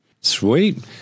Sweet